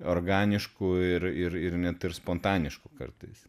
organišku ir ir ir net ir spontanišku kartais